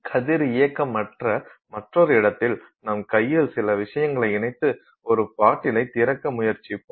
கதிரியக்கமற்ற மற்றொரு இடத்தில் நம் கையில் சில விஷயங்களை இணைத்து ஒரு பாட்டிலை திறக்க முயற்சிப்போம்